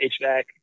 HVAC